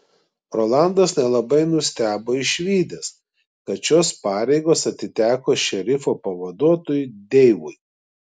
rolandas nelabai nustebo išvydęs kad šios pareigos atiteko šerifo pavaduotojui deivui